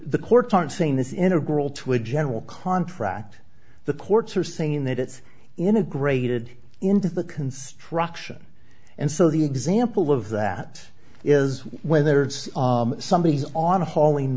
the courts aren't saying this integral to a general contract the courts are saying that it's integrated into the construction and so the example of that is whether somebody is on hauling